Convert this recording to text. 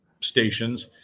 stations